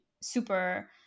super